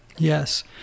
Yes